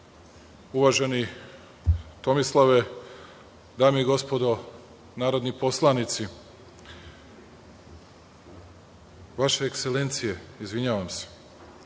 uvaženi Tomislave, dame i gospodo narodni poslanici, vaše ekselencije, izvinjavam se,